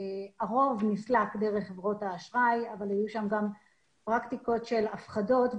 הרוב נסלק דרך חברות האשראי אבל היו שם גם פרקטיקות של הפחדות,